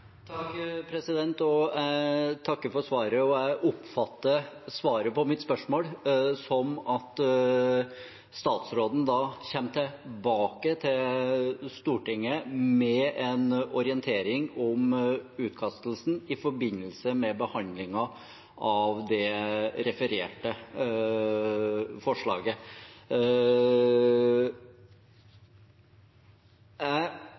takker for svaret. Jeg oppfatter svaret på mitt spørsmål som at statsråden kommer tilbake til Stortinget med en orientering om utkastelsen i forbindelse med behandlingen av det refererte forslaget.